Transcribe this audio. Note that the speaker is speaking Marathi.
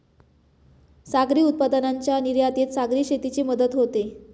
सागरी उत्पादनांच्या निर्यातीत सागरी शेतीची मदत होते